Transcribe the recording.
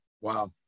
Wow